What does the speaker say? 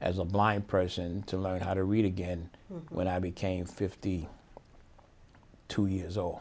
as a blind person to learn how to read again when i became fifty two years old